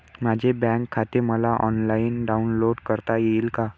माझे बँक खाते मला ऑनलाईन डाउनलोड करता येईल का?